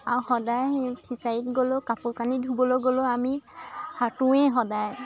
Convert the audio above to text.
আৰু সদায় ফিছাৰীত গ'লেও কাপোৰ কানি ধুবলৈ গ'লেও আমি সাঁতুৰোৱেই সদায়